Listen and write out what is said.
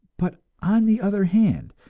but, on the other hand,